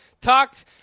talked